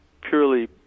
purely